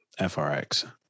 FRX